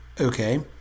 Okay